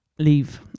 Leave